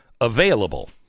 available